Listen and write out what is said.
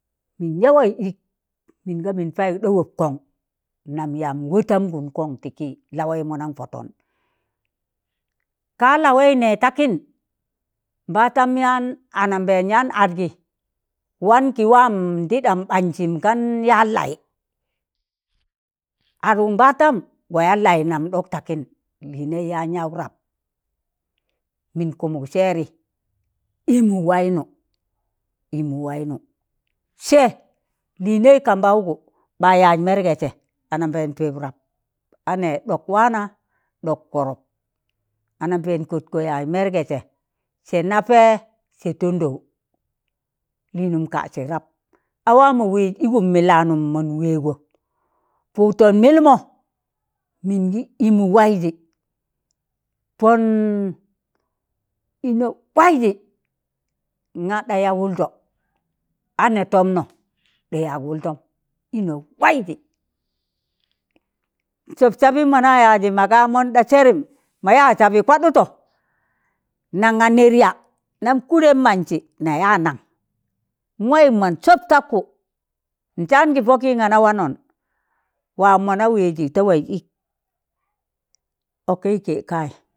Mịn ya waịz ịk mịn ga mịn paị ɗa wọpkọṇ nam yam wọtamgọn kọn tị kị lawaị mọ nọn pọtọn, ka lawaị nẹ takịn nbaastọm yan anambẹẹn yaan adgị wan kị wamọn tịdam ɓaasịm gan yaan laị adụk nbaatam wa yan laị nam ɗọk takịn lịịnẹi yaan yaụ rap, mịn kụmụk sẹrị ịmụ waịnụ, imu wainu, sẹ, lịnai kambaụgụ, ɓa yaz mẹrgẹ sẹ anambẹn pịp rap anẹ ɗọk wana ɗọk wọrọp anambẹẹn kọt kọ yaz mẹrgẹ sẹ sẹ Napẹ, sẹ Tọndọw, lịnụm kasị rab awamọ waịz ịgụm mịlanụm mọn wẹgọ, pụụttọn mịlmọ ịmụ waịjị, pọn ịnọ waịjị nga ɗa ya wụldọ anẹ tọmnọ ɗe yak wụldọm ịnọ waịjị, sọp sabịm mọna yazị magaa mon ɗa sẹrịm mayaa sabị kwaɗụto nanga nịi̱r ya? nam kudẹm mansị na yaa naṇ, n waịm mọn sọptakku n saan kị pọki n gana wanọn wam mọna wẹịjị ta waịj ịk, okẹị kẹẹ kaịị.